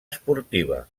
esportiva